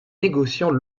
négociants